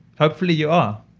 hopefully, you are